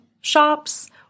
shops